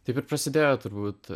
taip ir prasidėjo turbūt